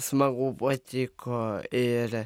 smagu patiko ir